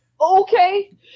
okay